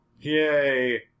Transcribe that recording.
Yay